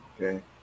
Okay